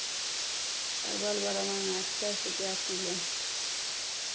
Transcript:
परवल बड़ा महंगा छै साठि रुपैआ किलो